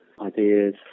ideas